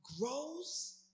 grows